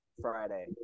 Friday